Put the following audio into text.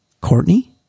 Courtney